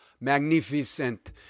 magnificent